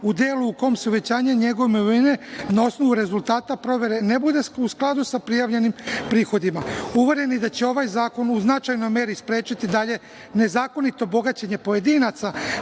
u delu u kom uvećanje njegove imovine na osnovu rezultata provere ne bude u skladu sa prijavljenim prihodima. Uvereni da će ovaj zakon u značajnoj meri sprečiti dalje nezakonito bogaćenje pojedinaca,